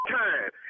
time